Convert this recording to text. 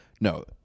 No